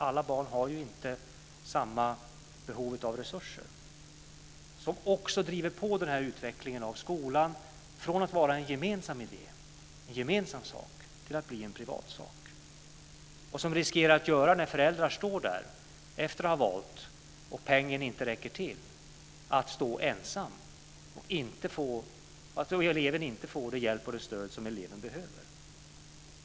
Alla barn har inte samma behov av resurser. Detta driver också på utvecklingen av skolan, från att vara en gemensam idé, en gemensam sak, till att bli en privatsak. Föräldrarna riskerar, efter att de har gjort sitt val och pengen inte räcker till, att stå där ensamma och att eleven inte får den hjälp och det stöd eleven behöver.